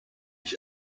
ich